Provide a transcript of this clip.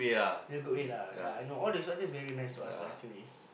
you all go eat lah ya I know all these surface very nice to us actually